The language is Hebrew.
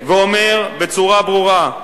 ואומר בצורה ברורה: